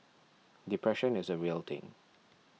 depression is a real thing